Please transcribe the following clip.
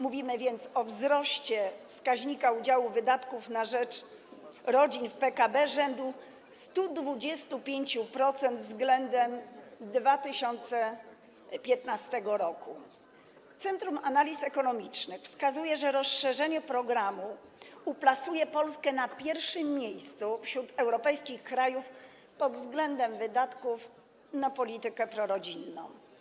Mówimy więc o wzroście wskaźnika udziału wydatków na rzecz rodzin w PKB rzędu 125% względem 2015 r. Centrum Analiz Ekonomicznych wskazuje, że rozszerzenie programu uplasuje Polskę na pierwszym miejscu wśród europejskich krajów pod względem wydatków na politykę prorodzinną.